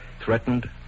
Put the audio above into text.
threatened